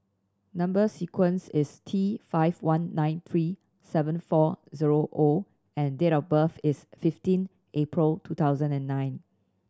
number sequence is T five one nine three seven four zero O and date of birth is fifteen April two thousand and nine